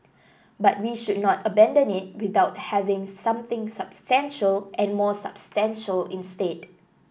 but we should not abandon it without having something substantial and more substantial instead